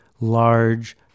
large